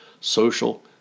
social